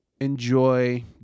enjoy